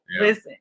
Listen